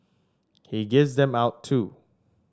he gives them out too